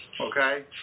Okay